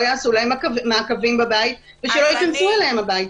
יעשו להן מעקבים בבית ושלא ייכנסו אליהן הביתה?